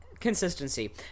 Consistency